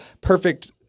perfect